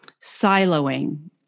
siloing